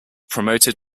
promoted